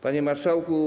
Panie Marszałku!